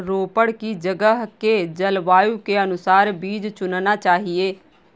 रोपड़ की जगह के जलवायु के अनुसार बीज चुनना चाहिए